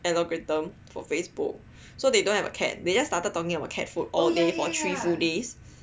algorithm for Facebook so they don't have a cat they just started talking about cat food all day for three days